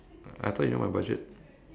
I thought you know my budget